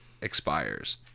expires